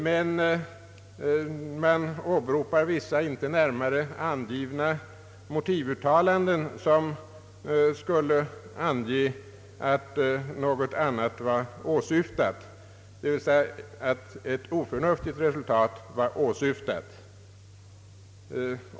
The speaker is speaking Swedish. Men man åberopar vissa inte angivna motivuttalanden som skulle ange att något annat, dvs. ett oförnuftigt resultat, var åsyftat.